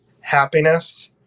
happiness